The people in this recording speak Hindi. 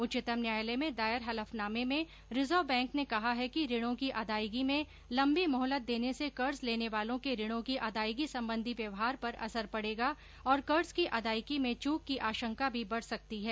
उच्चतम न्यायालय में दायर हलफनामे में रिजर्व बैंक ने कहा है कि ऋणों की अदायगी में लम्बी मोहलत देने से कर्ज लेने वालों के ऋणों की अदायगी संबंधी व्यवहार पर असर पडेगा और कर्ज की अदायगी में चूक की आशंका भी बढ सकती है